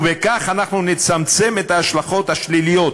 ובכך אנחנו נצמצם את ההשלכות השליליות